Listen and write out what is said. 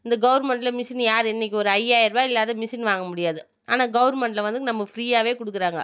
இந்த கவுர்மெண்ட்டில் மிசினு யார் இன்றைக்கி ஒரு ஐயாயிரம் ரூபா இல்லாது மிசினு வாங்க முடியாது ஆனால் கவுர்மெண்ட்டில் வந்து நமக்கு ஃப்ரியாகவே கொடுக்குறாங்க